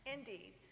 Indeed